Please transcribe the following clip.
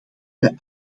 bij